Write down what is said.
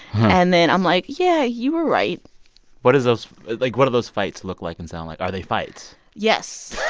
and then i'm like, yeah, you were right what do those like, what do those fights look like and sound like? are they fights? yes